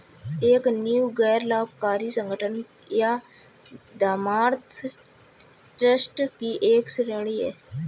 एक नींव गैर लाभकारी संगठन या धर्मार्थ ट्रस्ट की एक श्रेणी हैं